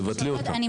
זה